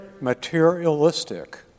materialistic